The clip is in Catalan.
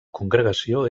congregació